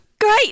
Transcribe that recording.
Great